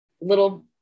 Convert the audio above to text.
little